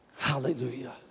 Hallelujah